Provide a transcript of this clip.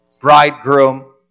bridegroom